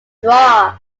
draw